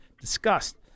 discussed